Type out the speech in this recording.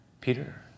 Peter